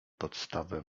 podstawę